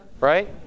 Right